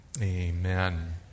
amen